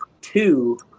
Two